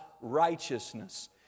righteousness